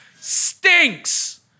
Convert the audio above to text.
stinks